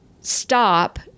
stop